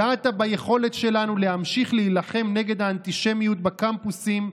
ופגעת ביכולת שלנו להמשיך להילחם נגד האנטישמיות בקמפוסים,